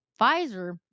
Pfizer